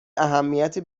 اهمیتی